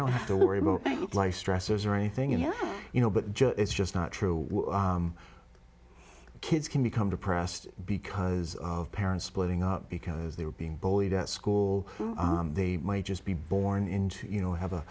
don't have to worry about life stressors or anything yeah you know but joe it's just not true kids can become depressed because of parents splitting up because they were being bullied at school they might just be born into you know have